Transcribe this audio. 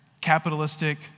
capitalistic